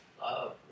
Love